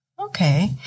Okay